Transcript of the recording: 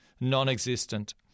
non-existent